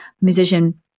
musician